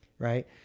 right